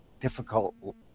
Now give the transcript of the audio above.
difficult